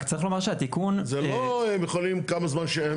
רק צריך לומר שהתיקון --- זה לא הם יכולים כמה זמן שהם,